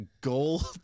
gold